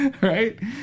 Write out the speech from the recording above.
Right